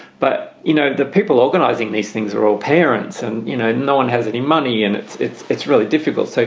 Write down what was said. but, you know, the people organizing these things are all parents. and, you know, no one has any money. and it's it's really difficult. so,